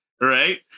right